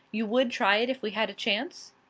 you would try it if we had a chance?